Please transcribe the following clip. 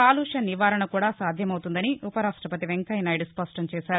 కాలుష్య నివారణ కూడా సాధ్యమవుతుందని ఉప రాష్టపతి వెంకయ్యనాయుడు స్పష్టంచేశారు